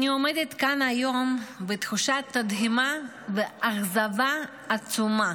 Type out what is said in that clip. אני עומדת כאן היום בתחושת תדהמה ואכזבה עצומה